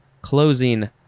closing